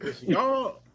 Y'all